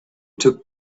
took